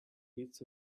hits